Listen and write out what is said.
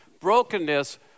Brokenness